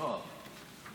שלוש דקות.